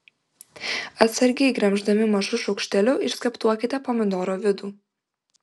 atsargiai gremždami mažu šaukšteliu išskaptuokite pomidoro vidų